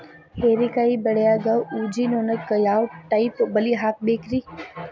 ಹೇರಿಕಾಯಿ ಬೆಳಿಯಾಗ ಊಜಿ ನೋಣಕ್ಕ ಯಾವ ಟೈಪ್ ಬಲಿ ಹಾಕಬೇಕ್ರಿ?